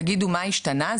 תגידו מה השתנה,